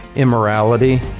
Immorality